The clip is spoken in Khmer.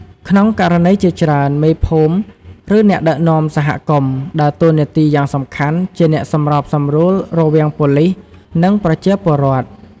ក្នុងករណីជាច្រើន មេភូមិ ឬអ្នកដឹកនាំសហគមន៍ ដើរតួនាទីយ៉ាងសំខាន់ជា អ្នកសម្របសម្រួល រវាងប៉ូលិស និងប្រជាពលរដ្ឋ។